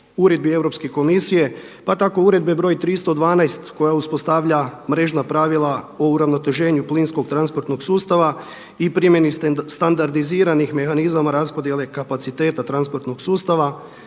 uredbi Europske komisije. Pa tako uredbe br. 312. koja uspostavlja mrežna pravila o uravnoteženju plinskog transportnog sustava i primjeni standardiziranih mehanizama raspodjele kapaciteta transportnog sustava,